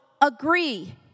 agree